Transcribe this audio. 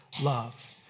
love